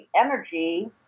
energy